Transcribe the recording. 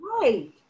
Right